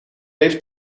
heeft